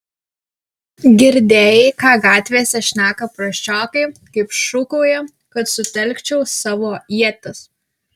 girdėjai ką gatvėse šneka prasčiokai kaip šūkauja kad sutelkčiau savo ietis